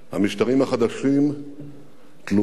המשטרים החדשים תלויים